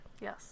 Yes